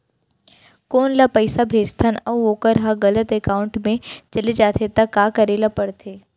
कोनो ला पइसा भेजथन अऊ वोकर ह गलत एकाउंट में चले जथे त का करे ला पड़थे?